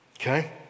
okay